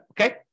Okay